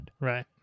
right